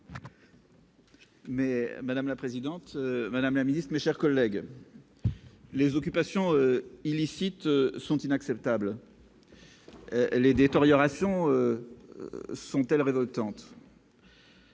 Madame la présidente, madame la ministre, mes chers collègues, les occupations illicites sont inacceptables et les détériorations révoltantes.